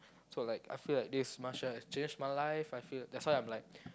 so like I feel like this martial arts changed my life I feel that's why I'm like